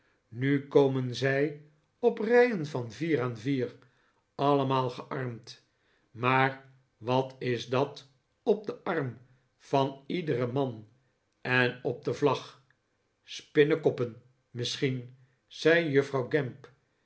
nu komen zij op rijen van vier aan vier allemaal gearmd maar wat is dat op den arm van iederen man en op de vlag spinnekoppen misschien zei juffrouw gamp